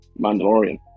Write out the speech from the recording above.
Mandalorian